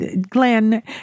Glenn